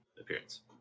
appearance